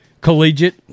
collegiate